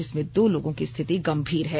जिसमें दो लोगों की स्थिति गंभीर है